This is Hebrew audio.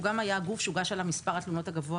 הוא היה גם הגוף שהוגש עליו מספר התלונות הגבוה